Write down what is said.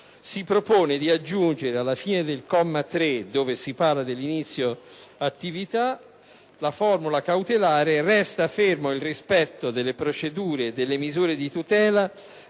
si propone di aggiungere alla fine del comma 3, dove si parla dell'inizio attività, la formula cautelare: «Resta fermo il rispetto delle procedure e delle misure di tutela